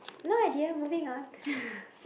no I didn't moving ah